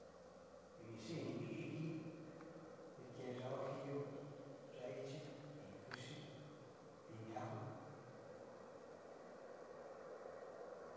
Ni ixain nri'iki ta ni ke yá'a huajillo, yá'a ichi iinkuxhí, dini ajo.